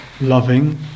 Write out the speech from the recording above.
loving